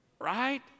Right